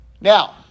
Now